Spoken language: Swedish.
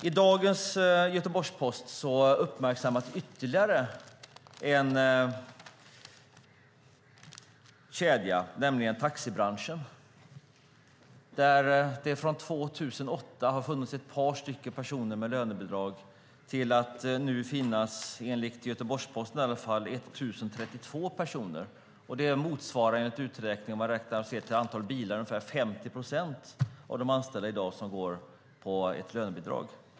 I dagens Göteborgs-Posten uppmärksammas ytterligare en kedja, nämligen taxibranschen. Från 2008, när det fanns ett par personer med lönebidrag, finns det nu, i alla fall enligt Göteborgs-Posten, 1 032 personer. Om man ser till antalet bilar motsvarar det att ungefär 50 procent av de anställda i dag går på lönebidrag.